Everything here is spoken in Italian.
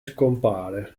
scompare